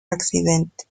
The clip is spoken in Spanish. accidente